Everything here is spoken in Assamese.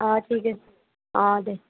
অঁ ঠিক আছে অঁ দে